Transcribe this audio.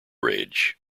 rage